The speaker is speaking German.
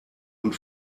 und